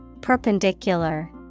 Perpendicular